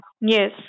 Yes